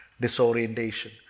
disorientation